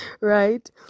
right